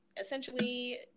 essentially